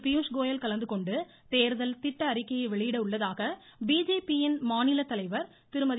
பியூஷ்கோயல் கலந்து கொண்டு தேர்தல் திட்ட அறிக்கையை வெளியிட உள்ளதாக பிஜேபி யின் மாநிலத்தலைவர் திருமதி